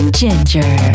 ginger